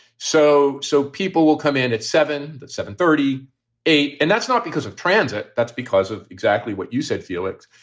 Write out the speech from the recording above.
so so people will come in at seven, seven thirty eight. and that's not because of transit. that's because of exactly what you said, felix,